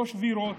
לא שבירות,